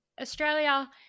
Australia